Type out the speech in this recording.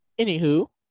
Anywho